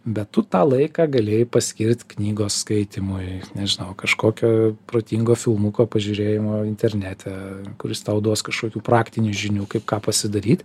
bet tu tą laiką galėjai paskirt knygos skaitymui nežinau kažkokio protingo filmuko pažiūrėjimo internete kuris tau duos kažkokių praktinių žinių kaip ką pasidaryt